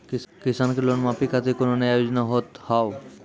किसान के लोन माफी खातिर कोनो नया योजना होत हाव?